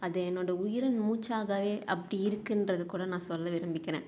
அது என்னோடய உயிர் மூச்சாகவே அப்படி இருக்கின்றது கூட நான் சொல்ல விரும்பிக்கிறேன்